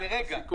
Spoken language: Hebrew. איך הם יתאכסנו,